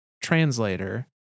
translator